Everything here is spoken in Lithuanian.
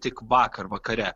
tik vakar vakare